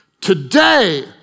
Today